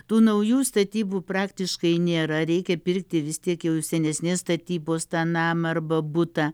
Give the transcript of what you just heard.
tų naujų statybų praktiškai nėra reikia pirkti vistiek jau senesnės statybos tą namą arba butą